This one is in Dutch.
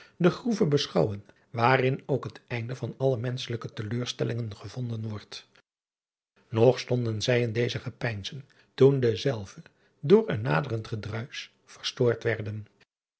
de groeve beschouwen waarin ook het einde van alle menschelijke teleurstellingen gevonden wordt og stonden zij in deze gepeinzen toen dezelve door een naderend gedruisch verstoord werden